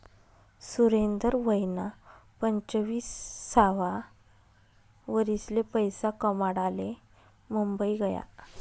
सुरेंदर वयना पंचवीससावा वरीसले पैसा कमाडाले मुंबई गया